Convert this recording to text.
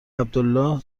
عبدالله